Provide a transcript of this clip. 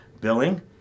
Billing